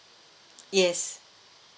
yes